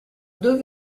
deux